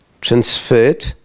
transferred